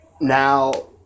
Now